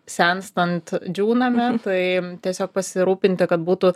senstant džiūname tai tiesiog pasirūpinti kad būtų